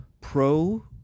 pro